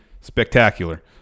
spectacular